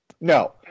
no